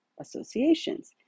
associations